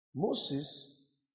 Moses